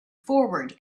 forward